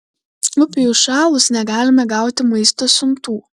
upei užšalus negalime gauti maisto siuntų